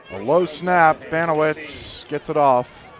a low snap, banowetz gets it off.